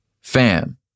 fam